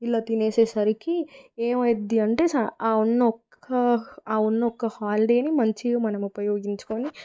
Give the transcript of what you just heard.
ఇలా తినేసేసరికి ఏమైంది అంటే ఉన్న ఆ ఉన్న ఒక్క హాలిడేని మనం మంచిగా ఉపయోగించుకుని మనం